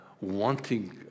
wanting